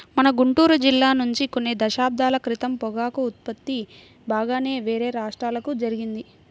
మన గుంటూరు జిల్లా నుంచి కొన్ని దశాబ్దాల క్రితం పొగాకు ఉత్పత్తి బాగానే వేరే రాష్ట్రాలకు జరిగింది